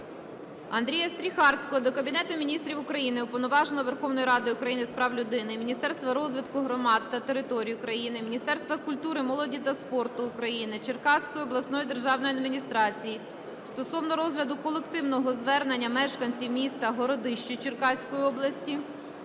Андрія Стріхарського до Кабінету Міністрів України, Уповноваженого Верховної Ради України з прав людини, Міністерства розвитку громад та територій України, Міністерства культури, молоді та спорту України, Черкаської обласної державної адміністрації стосовно розгляду колективного звернення мешканців міста Городище Черкаської області